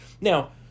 Now